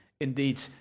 indeed